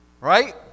Right